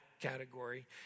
category